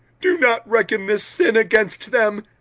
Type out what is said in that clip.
do not reckon this sin against them.